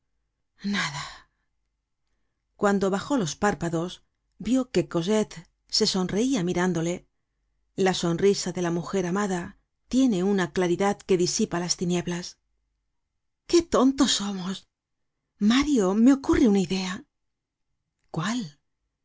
nada cuando bajó los párpados vió que cosette se sonreia mirándole la sonrisa de la mujer amada tiene una claridad que disipa las tinieblas qué tontos somos mario me ocurre una idea cuál